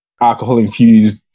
alcohol-infused